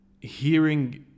hearing